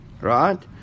Right